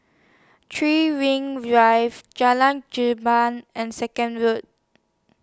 three Rings Drive Jalan Jamal and Second Rood